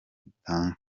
dutanga